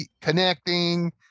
connecting